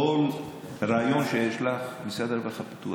כל רעיון שיש לך, משרד הרווחה פתוח.